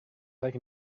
taking